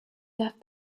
left